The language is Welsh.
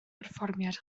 perfformiad